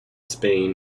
spain